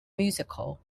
musical